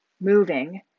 moving